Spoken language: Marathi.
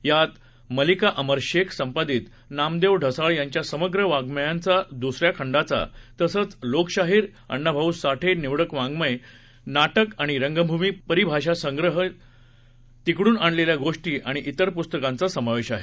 यात मलिका अमर शेख संपादित नामदेव ढसाळ यांच्या समग्र वाङ्मयाच्या दुसऱ्या खंडाचा तसंच लोकशाहीर अण्णाभाऊ साठे निवडक वाङ्मय नाटक आणि रंगभूमी परिभाषासंग्रह तिकडून आणलेल्या गोष्टी आणि इतर पुस्तकांचा समावेश आहे